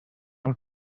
amb